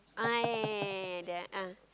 ah yeah yeah yeah yeah the ah